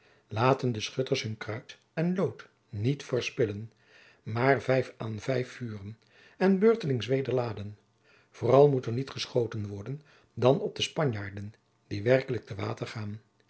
laten de schutters hun kruid en lood niet verspillen maar vijf aan vijf vuren en beurtelings weder laden vooral moet er niet geschoten worden dan op de spanjaarden die werkelijk te water gaan